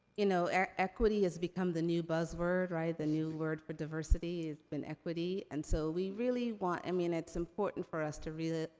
you know equity has become the new buzzword, right? the new word for diversity has been equity. and so, we really want, i mean, it's important for us to really,